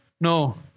No